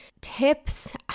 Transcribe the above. tips